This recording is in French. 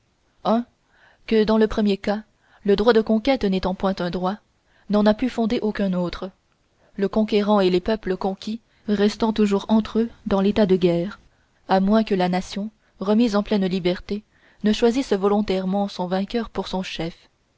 que dans le premier cas le droit de conquête n'étant point un droit n'en a pu fonder aucun autre le conquérant et les peuples conquis restant toujours entre eux dans l'état de guerre à moins que la nation remise en pleine liberté ne choisisse volontairement son vainqueur pour son chef